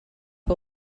que